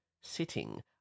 sitting